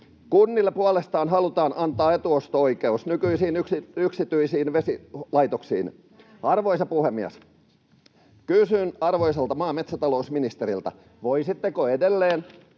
Kunnille puolestaan halutaan antaa etuosto-oikeus nykyisiin yksityisiin vesilaitoksiin. Arvoisa puhemies! Kysyn arvoisalta maa- ja metsätalousministeriltä: [Puhemies